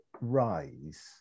rise